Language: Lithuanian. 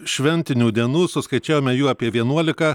šventinių dienų suskaičiavome jų apie vienuolika